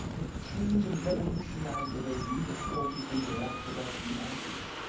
it changed and revolutionized the way we as coaches interact with our student athletes.